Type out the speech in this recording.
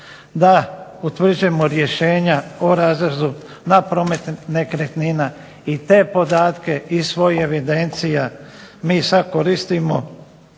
da utvrđujemo rješenja o razrezu na promet nekretnina i te podatke iz svojih evidencija mi sad koristimo